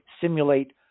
simulate